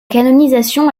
canonisation